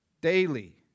daily